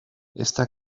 esta